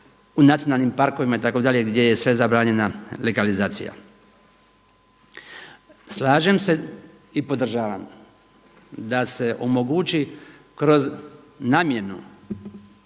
u nacionalnim parkovima itd. gdje je sve zabranjena legalizacija. Slažem se i podržavam da se omogući kroz namjenu